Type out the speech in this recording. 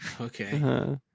Okay